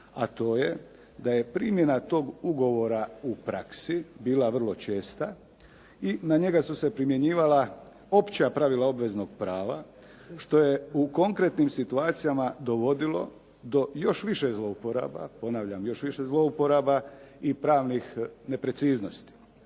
a to je da je primjena tog ugovora u praksi bila vrlo česta i na njega su se primjenjivala opća pravila obveznog prava, što je u konkretnim situacijama dovodilo do još više zlouporaba, ponavljam još više zlouporaba i pravnih nepreciznosti.